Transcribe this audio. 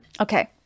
Okay